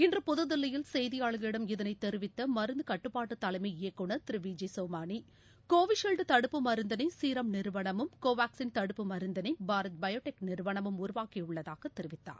இன்று புதுதில்லியில் செய்தியாளர்களிடம் இதனைத் தெரிவித்தமருந்துகட்டுப்பாட்டுதலைமை இயக்குநர் திருவி ஜி சோமானி கோவிஷீல்டுதடுப்பு மருந்தினைசீரம் நிறுவனமும் கோவாக்சின் தடுப்பு மருந்தினைபாரத் பயோடெக் நிறுவனமும் உருவாக்கியுள்ளதாகதெரிவித்தார்